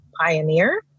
pioneer